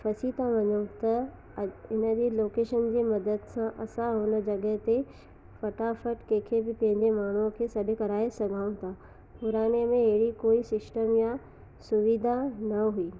फासी था वञूं त अॼु हिन जी लोकेशन जे मदद सां असां हुन जॻहि ते फटाफटि कंहिंखे बि पंहिंजे माण्हूअ खे सॾु कराए सघूं था पुराने में अहिड़ी कोई सिस्टम या सुविधा न हुई